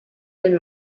den